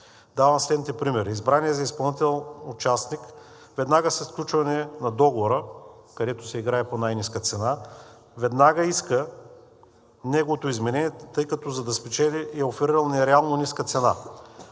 Давам следните примери: избраният за изпълнител участник веднага след сключване на договора, където се играе по най-ниска цена, веднага иска неговото изменение, тъй като, за да спечели, е оферирал нереално ниска цена.